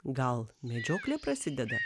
gal medžioklė prasideda